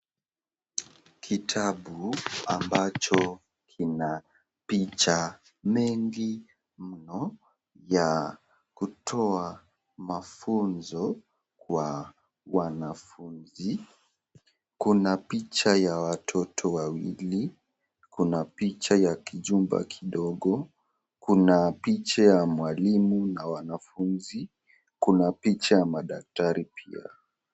Kitabu ambacho kina picha mingi muno, ya kutoa mafunzo kwa wanafunzi. Kuna picha ya watoto wawili, kuna picha ya kijumba kidogo, kuna picha ya mwalimu na wanafunzi, kuna picha ya madakitari pia.